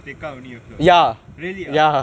tekka only also really ah